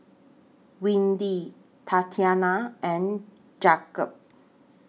Windy Tatiana and Jakob